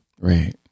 Right